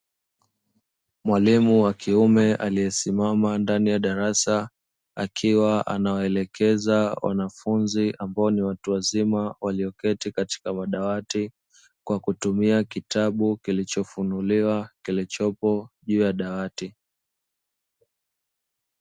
Mwalimu wa kiume aliyesimama ndani ya darasa akiwa anawaelekeza wanafunzi ambao ni watu wazima walioketi katika madawati, kwa kutumia kitabu kilichofunuliwa kilichopo juu ya dawati.